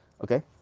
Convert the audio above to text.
Okay